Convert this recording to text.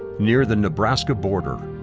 near the nebraska border.